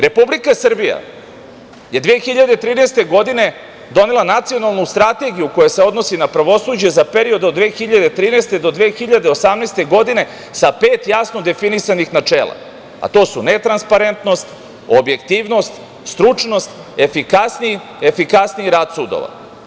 Republika Srbija je 2013. godine donela Nacionalnu strategiju koja se odnosi na pravosuđe za period od 2013. do 2018. godine sa pet jasno definisanih načela, a to su – netransparentnost, objektivnost, stručnost, efikasniji rad sudova.